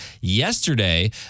yesterday